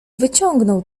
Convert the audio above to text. wyciągnął